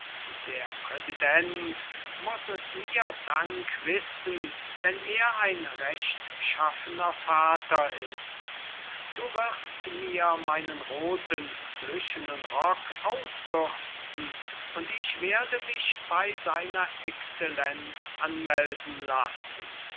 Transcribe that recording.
der präsident muß es mir dank wissen wenn er ein rechtschaffener vater ist du wirst mir meinen rothen plüschenen rock ausbürsten und ich werde mich bei seiner excellenz anmelden lassen